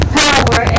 power